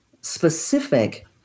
specific